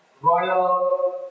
royal